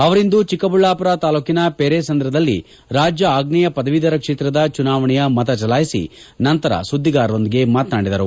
ಅವರಿಂದು ಚಿಕ್ಕಬಳ್ಳಾಪುರ ತಾಲೂಕಿನ ಪೆರೇಸಂದ್ರದಲ್ಲಿ ರಾಜ್ಯ ಆಗ್ನೇಯ ಪದವೀಧರ ಕ್ಷೇತ್ರದ ಚುನಾವಣೆಯ ಮತ ಚಲಾಯಿಸಿ ನಂತರ ಸುದ್ದಿಗಾರರೊಂದಿಗೆ ಮಾತನಾಡಿದರು